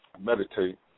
Meditate